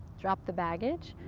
drop the baggage.